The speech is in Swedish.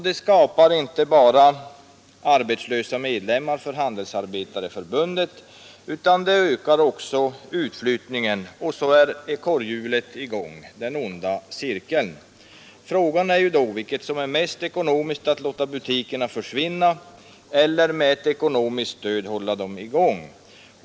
Detta ger inte bara arbetslösa medlemmar för Handelsanställdas förbund utan ökar också utflyttningen, och så är ekorrhjulet i gång — den onda cirkeln. Frågan är då vilket som är mest ekonomiskt — att låta butiker försvinna eller att med ekonomiskt stöd hålla dem i gång.